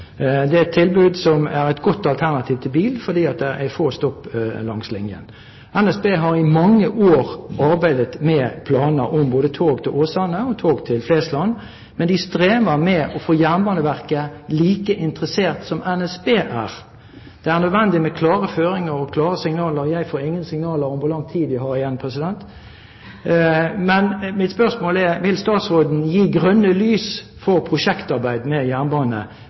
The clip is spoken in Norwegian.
Det er et tilbud som er et godt alternativ til bil, fordi det er få stopp langs linjen. NSB har i mange år arbeidet med planer om tog både til Åsane og til Flesland, men de strever med å få Jernbaneverket like interessert som NSB er selv. Det er nødvendig med klare føringer og klare signaler. Jeg får ingen signaler om hvor lang tid jeg har igjen, president – men mitt spørsmål er: Vil statsråden gi grønt lys for prosjektarbeid med jernbane